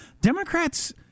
Democrats